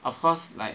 of course like